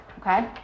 Okay